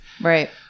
Right